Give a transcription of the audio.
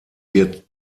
wird